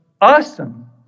awesome